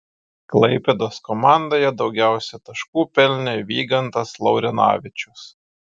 klaipėdos komandoje daugiausiai taškų pelnė vygantas laurinavičius